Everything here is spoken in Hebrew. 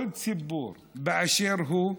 כל ציבור באשר הוא,